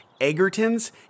Egerton's